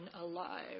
alive